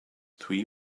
three